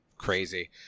crazy